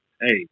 Hey